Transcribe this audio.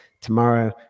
tomorrow